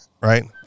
right